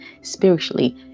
spiritually